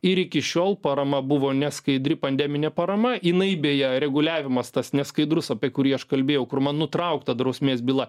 ir iki šiol parama buvo neskaidri pandeminė parama jinai beje reguliavimas tas neskaidrus apie kurį aš kalbėjau kur man nutraukta drausmės byla